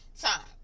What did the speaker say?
time